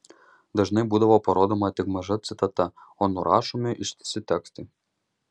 dažnai būdavo parodoma tik maža citata o nurašomi ištisi tekstai